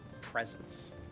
presence